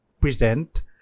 present